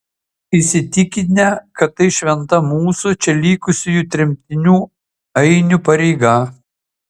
įsitikinę kad tai šventa mūsų čia likusių tremtinių ainių pareiga